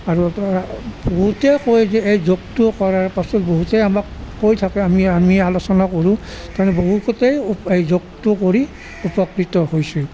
আৰু বহুতে কয় যে এই যোগটো কৰাৰ পাছত বহুতে আমাক কৈ থাকে আমি আমি আলোচনা কৰোঁ তাৰমানে বহুতেই এই যোগটো কৰি উপকৃত হৈছে